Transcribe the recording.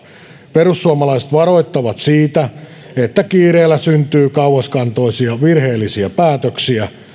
perussuomalaiset varoittavat siitä että kiireellä syntyy kauaskantoisia virheellisiä päätöksiä